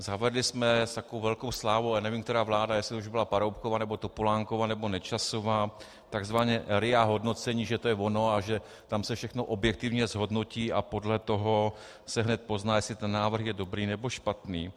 Zavedli jsme s takovou velkou slávou, ale nevím, která vláda, jestli to už byla Paroubkova, nebo Topolánkova, nebo Nečasova, takzvané RIA hodnocení, že to je ono, že tam se všechno objektivně zhodnotí a podle toho se hned pozná, jestli ten návrh je dobrý, nebo špatný.